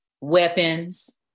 weapons